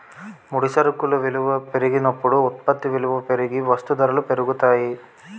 ముడి సరుకు విలువల పెరిగినప్పుడు ఉత్పత్తి విలువ పెరిగి వస్తూ ధరలు పెరుగుతాయి